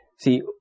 see